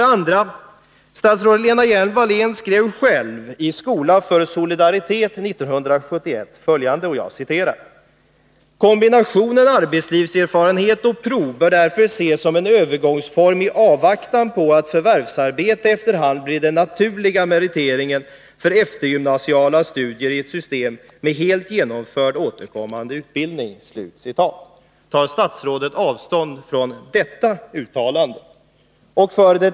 Statsrådet Lena Hjelm-Wallén skrev 1971 i Skola för solidaritet följande: ”Kombinationen arbetslivserfarenhet och prov bör därför ses som en övergångsform i avvaktan på att förvärvsarbete efterhand blir den naturliga meriteringen för eftergymnasiala studier i ett system med helt genomförd återkommande utbildning.” Tar statsrådet avstånd från detta uttalande?